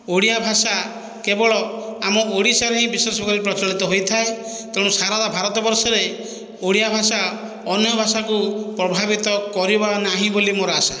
ଓଡ଼ିଆ ଭାଷା କେବଳ ଆମ ଓଡ଼ିଶାରେ ହିଁ ବିଶେଷ ଭାବରେ ପ୍ରଚଳିତ ହୋଇଥାଏ ତେଣୁ ସାରା ଭାରତ ବର୍ଷରେ ଓଡ଼ିଆ ଭାଷା ଅନ୍ୟ ଭାଷାକୁ ପ୍ରଭାବିତ କରିବ ନାହିଁ ବୋଲି ମୋର ଆଶା